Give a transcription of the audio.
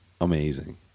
amazing